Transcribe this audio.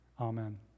amen